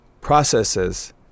processes